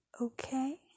okay